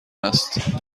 هست